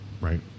right